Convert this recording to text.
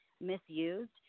misused